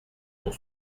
pour